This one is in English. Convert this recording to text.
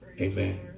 Amen